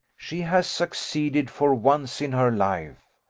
she has succeeded for once in her life.